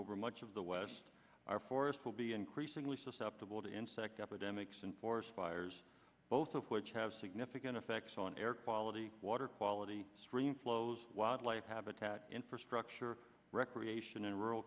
over much of the west our forests will be increasingly susceptible to insect epidemics and forest fires both of which have significant effects on air quality water quality stream flows wildlife habitat infrastructure recreation in rural